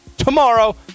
Tomorrow